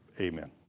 Amen